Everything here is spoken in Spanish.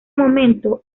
momento